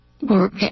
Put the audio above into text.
work